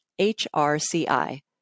HRCI